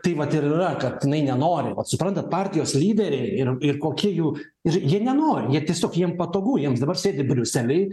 tai vat ir yra kad jinai nenori vat suprantat partijos lyderė ir ir kokia jų ir jie nenori jie tiesiog jiems patogu jiems dabar sėdi briusely